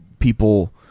people